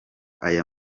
aya